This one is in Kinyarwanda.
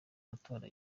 matora